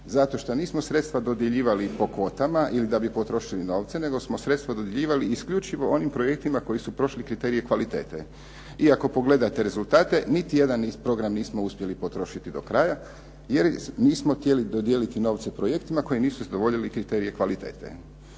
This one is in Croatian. Zato što nismo sredstva dodjeljivali po kvotama ili da bi potrošili novce nego smo sredstva dodjeljivali isključivo onim projektima koji su prošli kriterije kvalitete. I ako pogledate rezultate niti jedan program nismo uspjeli potrošiti do kraja jer nismo htjeli dodijeliti novce projektima koji nisu zadovoljili kriterije kvalitete.